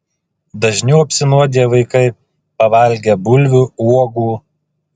dažniau apsinuodija vaikai pavalgę bulvių uogų